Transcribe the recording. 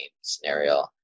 scenario